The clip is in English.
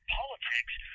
politics